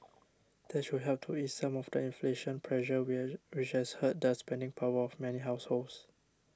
that should help to ease some of the inflation pressure where which has hurt the spending power of many households